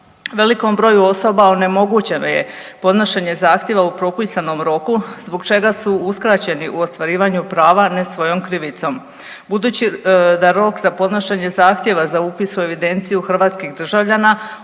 Velikom broju osoba onemogućeno je podnošenje zahtjeva u propisanom roku zbog čega su uskraćeni u ostvarivanju prava ne svojom krivicom budući da rok za podnošenje zahtjeva za upis u evidenciju hrvatskih državljana